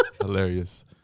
Hilarious